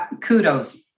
kudos